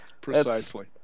Precisely